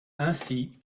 ainsi